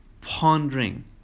pondering